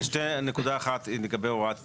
כן, נקודה אחת היא לגבי הוראת תחילה.